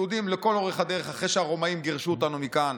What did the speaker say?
לכל אורך הדרך, אחרי שהרומאים גירשו אותנו מכאן,